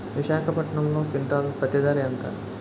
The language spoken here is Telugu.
విశాఖపట్నంలో క్వింటాల్ పత్తి ధర ఎంత?